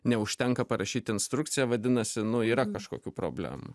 neužtenka parašyt instrukciją vadinasi nu yra kažkokių problemų